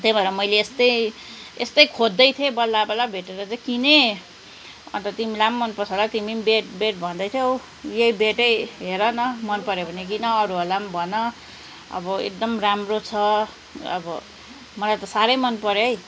त्यही भएर मैले यस्तै यस्तै खोज्दै थिएँ बल्ल बल्ल भेटेर चाहिँ किनेँ अन्त तिमीलाई पनि मनपर्छ होला तिमी पनि बेड बेड भन्दैथ्यौँ यहीँ भेटेँ हेर न मनपऱ्यो भने किन अरूहरूलाई पनि भन अब एकदम राम्रो छ अब मलाई त साह्रै मनपऱ्यो है